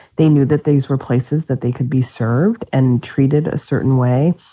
they knew that these were places that they could be served and treated a certain way.